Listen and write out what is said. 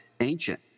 ancient